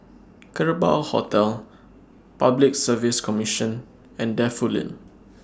Kerbau Hotel Public Service Commission and Defu Lane